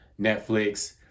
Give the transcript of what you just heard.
Netflix